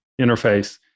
interface